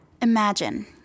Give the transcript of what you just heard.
Imagine